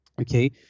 okay